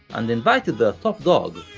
and invited their top dog,